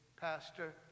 pastor